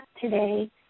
today